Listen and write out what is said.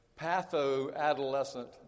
patho-adolescent